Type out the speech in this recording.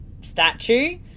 statue